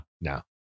no